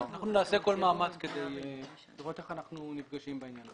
אנחנו נעשה כל מאמץ כדי לראות איך אנחנו נפגשים בעניין.